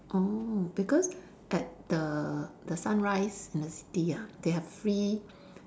oh because at the the sunrise and the city ah they have free